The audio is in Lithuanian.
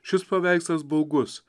šis paveikslas baugus